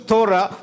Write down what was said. Torah